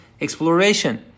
exploration